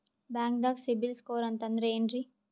ಬ್ಯಾಂಕ್ದಾಗ ಸಿಬಿಲ್ ಸ್ಕೋರ್ ಅಂತ ಅಂದ್ರೆ ಏನ್ರೀ?